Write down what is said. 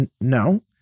No